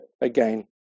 again